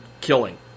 killing